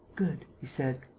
good, he said.